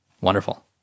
Wonderful